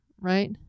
right